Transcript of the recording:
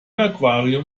aquarium